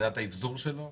מבחינת האבזור שלו,